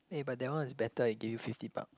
eh but that one is better it gived you fifty buck